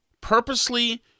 purposely